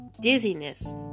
dizziness